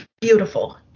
beautiful